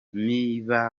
niba